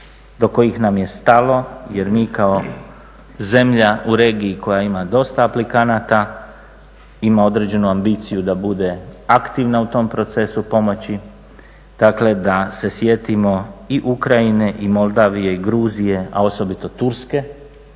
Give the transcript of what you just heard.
do kojih nam je stalo jer mi kao zemlja u regiji koja ima dosta aplikanata ima određenu ambiciju da bude aktivna u tom procesu pomoći, dakle da se sjetimo i Ukrajine i Moldavije i Gruzije, a osobito Turske